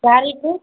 carrot